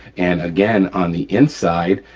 and again, on the inside,